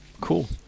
Cool